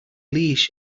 leash